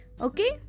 okay